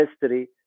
history